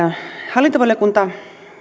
hallintovaliokunta